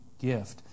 gift